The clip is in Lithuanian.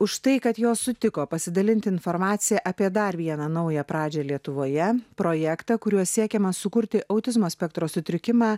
už tai kad jos sutiko pasidalinti informacija apie dar vieną naują pradžią lietuvoje projektą kuriuo siekiama sukurti autizmo spektro sutrikimą